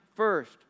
first